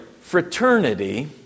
Fraternity